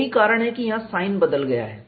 यही कारण है कि यहाँ साइन बदल गया है